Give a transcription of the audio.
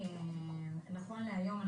נכון להיום,